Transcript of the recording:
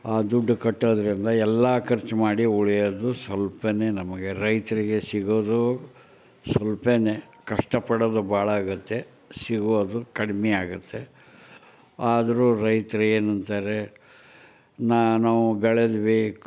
ಆ ದುಡ್ಡು ಕಟ್ಟೋದರಿಂದ ಎಲ್ಲ ಖರ್ಚು ಮಾಡಿ ಉಳಿಯೋದು ಸ್ವಲ್ಪನೇ ನಮಗೆ ರೈತರಿಗೆ ಸಿಗೋದು ಸ್ವಲ್ಪೇ ಕಷ್ಟಪಡೋದು ಭಾಳ ಆಗುತ್ತೆ ಸಿಗೋದು ಕಡ್ಮೆ ಆಗುತ್ತೆ ಆದರೂ ರೈತ್ರು ಏನಂತಾರೆ ನಾನು ಬೆಳೆದ್ವಿ ಕ್